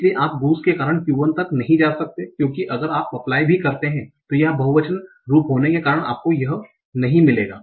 इसलिए आप गूस के कारण Q1 तक नहीं जा सकते क्योंकि अगर आप अप्लाई भी करते हैं तो यह बहुवचन रूप होने के कारण आपको यह नहीं मिलेगा